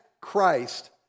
Christ